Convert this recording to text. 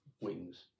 wings